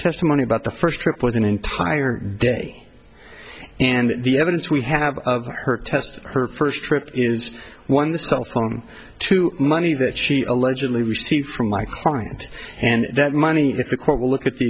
testimony about the first trip was an entire day and the evidence we have of her test her first trip is one of the cell phone to money that she allegedly received from my client and that money if the court will look at the